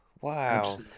wow